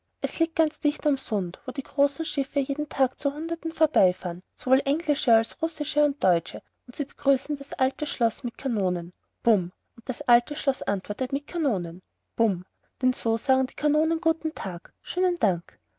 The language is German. es liegt ganz dicht am sund wo die großen schiffe jeden tag zu hunderten vorbeifahren sowohl englische als russische und deutsche und sie begrüßen das alte schloß mit kanonen bum und das alte schloß antwortet mit kanonen bum denn so sagen die kanonen guten tag schönen dank